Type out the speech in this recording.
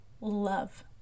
love